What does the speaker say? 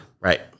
Right